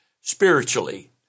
spiritually